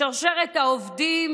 בשרשרת העובדים